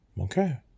Okay